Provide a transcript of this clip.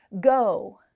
Go